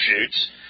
shoots